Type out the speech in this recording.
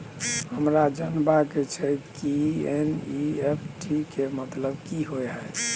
हमरा जनबा के छै की एन.ई.एफ.टी के मतलब की होए है?